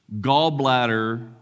gallbladder